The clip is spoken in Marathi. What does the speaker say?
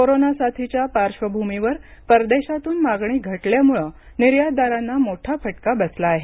कोरोना साथीच्या पाश्र्वभूमीवर परदेशातून मागणी घटल्यामुळे निर्यातदारांना मोठा फटका बसला आहे